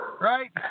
right